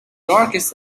darkest